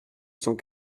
cent